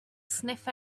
sniff